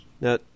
Now